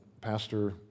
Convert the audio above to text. Pastor